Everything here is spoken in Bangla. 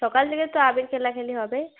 সকাল থেকে তো আবির খেলাখেলি হবে